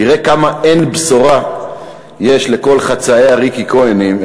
תראה כמה אין-בשורה יש לכל חצאי ה"ריקי כהנים",